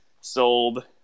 sold